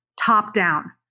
top-down